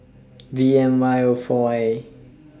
V M Y O four A